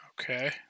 Okay